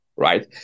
right